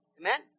Amen